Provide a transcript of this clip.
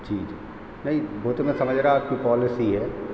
ठीक है नहीं वो तो मैं समझ रहा आपकी पॉलिसी है